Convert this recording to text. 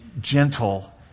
gentle